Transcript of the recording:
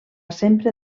sempre